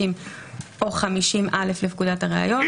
50 או 50א לפקודת הראיות,